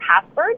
password